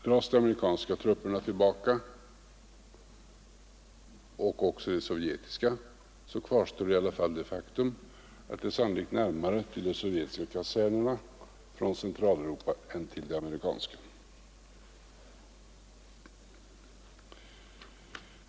Dras de amerikanska trupperna tillbaka och också de sovjetiska kvarstår i alla fall det faktum, att det sannolikt är närmare till de sovjetiska kasernerna från Centraleuropa än till de amerikanska.